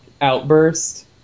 outburst